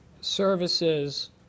services